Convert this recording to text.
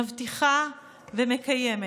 מבטיחה ומקיימת.